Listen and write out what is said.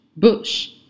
Bush